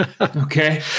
Okay